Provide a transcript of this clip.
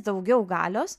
daugiau galios